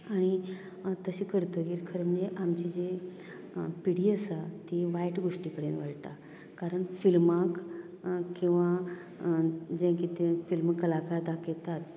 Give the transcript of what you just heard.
आनी तशें करतगीर खरें न्ही आमची जी पिडी आसा ती वायट गोश्टीं कडेन वळटा कारण फिल्मांक किंवां जें कितें फिल्म कलाकार दाखयतात